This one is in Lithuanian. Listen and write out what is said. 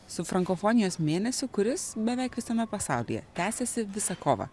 su frankofonijos mėnesiu kuris beveik visame pasaulyje tęsiasi visą kovą